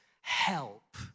help